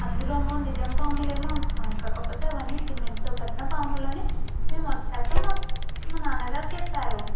అందులో ఆమ్మో నిజం పాములేమో అనుకున్నాము కాకపోతే అవన్నీ సిమెంట్తో కట్టిన పాములని మేము వచ్చాక మా మా నాన్నగారు చెప్పారు